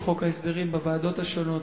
ובחוק ההסדרים בוועדות השונות.